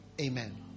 Amen